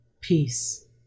peace